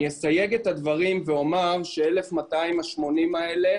אני אסייג את הדברים ואומר ש-1,280 האלה